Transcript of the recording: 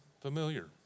familiar